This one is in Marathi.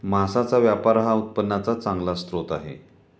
मांसाचा व्यापार हा उत्पन्नाचा चांगला स्रोत आहे